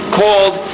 called